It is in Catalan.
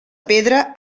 pedra